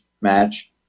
match